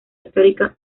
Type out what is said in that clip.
histórica